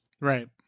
Right